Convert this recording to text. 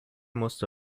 musste